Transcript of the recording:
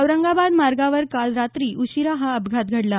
औरंगाबाद मार्गावर काल रात्री उशीरा हा अपघात घडला